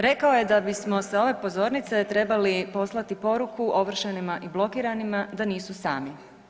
Rekao je da bismo s ove pozornice trebali poslati poruku ovršenima i blokiranima da nisu sami.